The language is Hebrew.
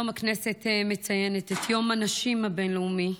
היום הכנסת מציינת את יום הנשים הבין-לאומי,